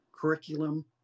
curriculum